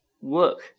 work